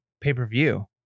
Pay-per-view